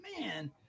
man